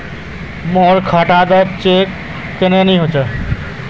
मोर खाता डा चेक क्यानी होचए?